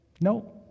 No